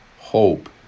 hope